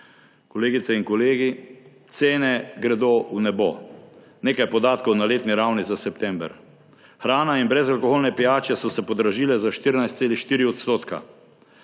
Kolegice in kolegi, cene gredo v nebo. Nekaj podatkov na letni ravni za september. Hrana in brezalkoholne pijače so se podražile za 14,4 %, tekoča